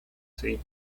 tape